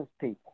people